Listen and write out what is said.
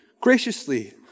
graciously